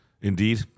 Indeed